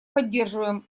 поддерживаем